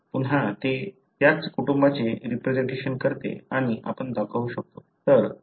पुन्हा ते त्याच कुटुंबाचे रिप्रेसेंटेशन करते आणि आपण दाखवू शकतो